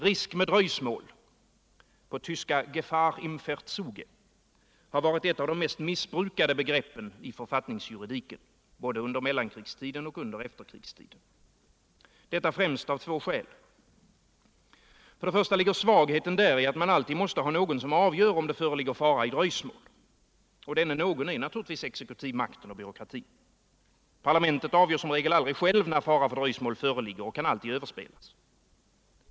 Risk med dröjsmål — på tyska ”Gefahr im Verzuge” — har varit ett av de mest missbrukade begreppen i författningsjuridiken, både under mellankrigstiden och under efterkrigstiden, detta främst av två skäl. För det första ligger svagheten däri att man alltid måste ha någon som avgör om det föreligger fara i dröjsmål. Denne någon är naturligtvis exekutivmakten och byråkratin. Parlamentet avgör som regel aldrig självt när fara för dröjsmål föreligger, och kan alltid överspelas.